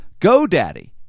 GoDaddy